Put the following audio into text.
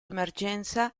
emergenza